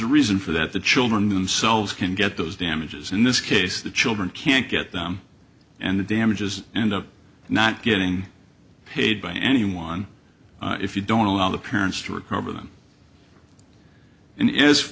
a reason for that the children themselves can get those damages in this case the children can't get them and the damages end up not getting paid by anyone if you don't allow the parents to recover them and